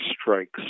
strikes